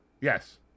Yes